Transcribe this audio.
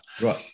Right